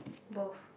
both